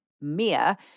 Mia